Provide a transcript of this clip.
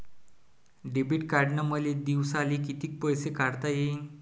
Debit कार्डनं मले दिवसाले कितीक पैसे काढता येईन?